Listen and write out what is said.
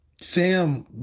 Sam